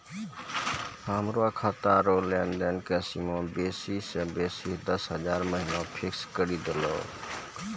हमरो खाता रो लेनदेन के सीमा बेसी से बेसी दस हजार महिना फिक्स करि दहो